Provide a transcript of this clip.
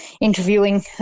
interviewing